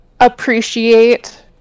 appreciate